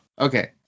Okay